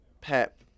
Pep